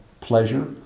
pleasure